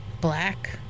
black